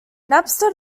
napster